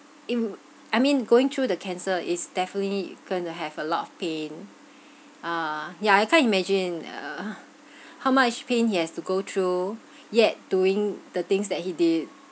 I mean going through the cancer is definitely going to have a lot of pain ah yeah I can't imagine uh how much pain he has to go through yet doing the things that he did